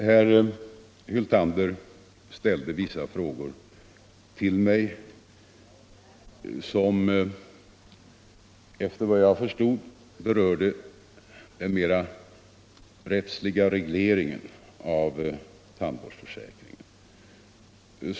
Herr Hyltander ställde vissa frågor till mig som efter vad jag förstod berörde den mera rättsliga regleringen av tandvårdsförsäkringen.